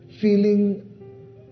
feeling